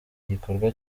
gikorwa